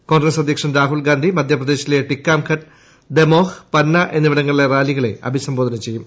കോൺഗ്രസ് അധ്യക്ഷൻ രാഫ്റുൽ ഗാന്ധി മധ്യപ്രദേശിലെ ടിക്കാംഘട്ട് ദമോഹ്പന്ന എന്നിവിടങ്ങളിലെ റാലികളെ അഭിസംബോധന ചെയ്യും